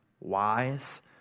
wise